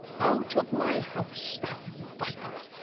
out of my house, thou viper,